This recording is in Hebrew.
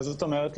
מה לא הבנת?